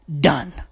done